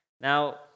Now